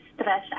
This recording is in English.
stress